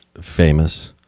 famous